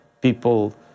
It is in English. people